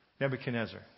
Nebuchadnezzar